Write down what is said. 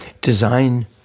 design